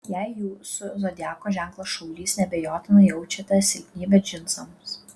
jei jūsų zodiako ženklas šaulys neabejotinai jaučiate silpnybę džinsams